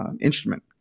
instrument